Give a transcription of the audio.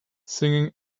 singing